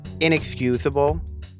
inexcusable